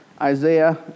Isaiah